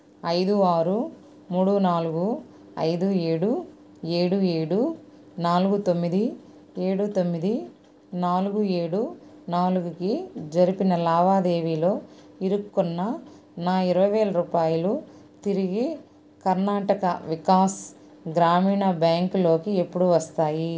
ఐదు ఆరు మూడు నాలుగు ఐదు ఏడు ఏడు ఏడు నాలుగు తొమ్మిది ఏడు తొమ్మిది నాలుగు ఏడు నాలుగుకి జరిపిన లావాదేవీలో ఇరుక్కున్న నా ఇరవై వేల రూపాయలు తిరిగి కర్ణాటక వికాస్ గ్రామీణ బ్యాంక్లోకి ఎప్పుడు వస్తాయి